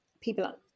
people